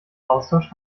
austausch